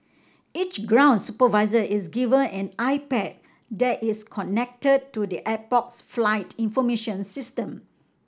each ground supervisor is given an iPad that is connected to the airport's flight information system